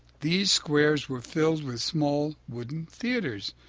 the squares were filled with small wooden theaters,